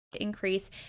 increase